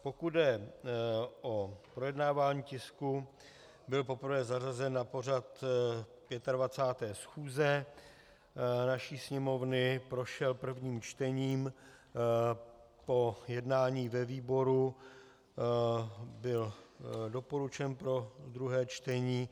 Pokud jde o projednávání tisku, byl poprvé zařazen na pořad 25. schůze naší Sněmovny, prošel prvním čtení, po jednání ve výboru byl doporučen pro druhé čtení.